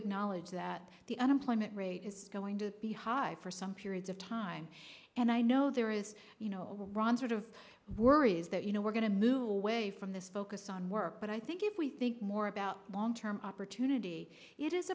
acknowledge that the unemployment rate is going to be high for some periods of time and i know there is you know ron sort of worries that you know we're going to move away from this focus on work but i think if we think more about long term opportunity it is